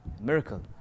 miracle